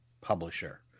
publisher